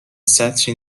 سطری